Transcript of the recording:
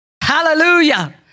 Hallelujah